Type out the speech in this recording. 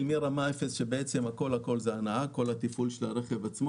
מרמה אפס שכל התפעול של הרכב זה הנהג.